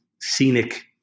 scenic